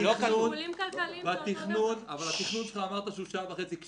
אבל אמרת שהתכנון שלך הוא שעה וחצי.